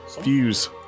Fuse